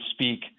speak